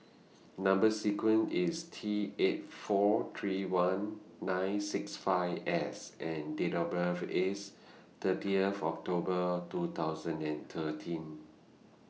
Number sequence IS T eight four three one nine six five S and Date of birth IS thirtieth October two thousand and thirteen